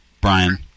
Brian